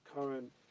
current